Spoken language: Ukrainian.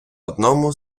одному